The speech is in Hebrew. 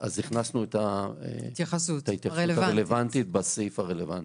הכנסנו את ההתייחסות הרלוונטית בסעיף הרלוונטי.